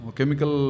Chemical